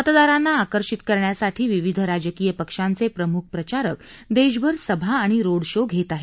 मतदारांना आकर्षित करण्यासाठी विविध राजकीय पक्षांचे प्रमुख प्रचारक देशभर सभा आणि रोड शो घेत आहेत